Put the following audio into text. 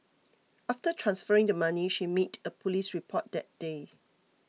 after transferring the money she made a police report that day